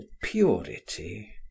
purity